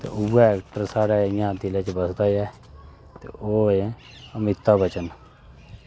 ता उ'ऐ ऐकटर साढ़ै इ'यां दिलै च बसदा ऐ ते ओह् ऐ अमीता बचन